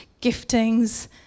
giftings